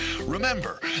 Remember